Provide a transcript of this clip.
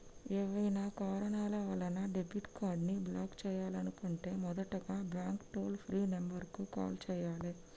ఏవైనా కారణాల వలన డెబిట్ కార్డ్ని బ్లాక్ చేయాలనుకుంటే మొదటగా బ్యాంక్ టోల్ ఫ్రీ నెంబర్ కు కాల్ చేయాలే